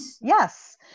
Yes